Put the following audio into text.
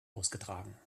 ausgetragen